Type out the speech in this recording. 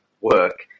work